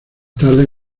tarde